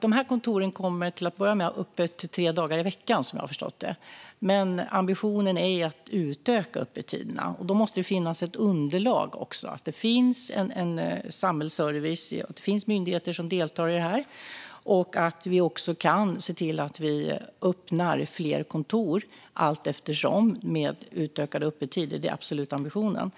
De här kontoren kommer till att börja med att ha öppet tre dagar i veckan, som jag har förstått det. Men ambitionen är att utöka öppettiderna, och då måste det finnas ett underlag - att det finns en samhällsservice och myndigheter som deltar i det här och att vi kan öppna fler kontor allteftersom och med utökade öppettider. Det är absolut ambitionen.